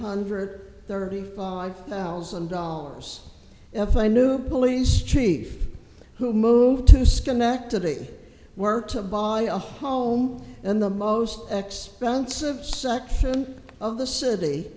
hundred thirty five thousand dollars if i knew billy's chief who moved to schenectady work to buy a home in the most expensive section of the city